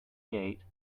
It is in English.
gate